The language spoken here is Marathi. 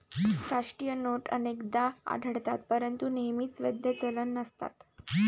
राष्ट्रीय नोट अनेकदा आढळतात परंतु नेहमीच वैध चलन नसतात